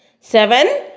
Seven